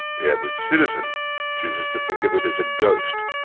the average citizen chooses to think of it as a ghost,